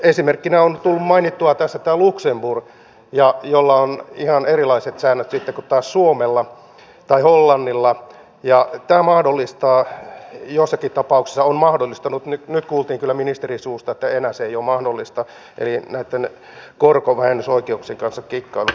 esimerkkinä on tullut mainittua tässä tämä luxemburg jolla on ihan erilaiset säännöt sitten kuin taas suomella tai hollannilla ja tämä joissakin tapauksissa on mahdollistanut nyt kuultiin kyllä ministerin suusta että enää se ei ole mahdollista näitten korkovähennysoikeuksien kanssa kikkailun